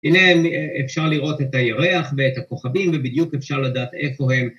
הנה אפשר לראות את הירח ואת הכוכבים ובדיוק אפשר לדעת איפה הם.